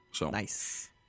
Nice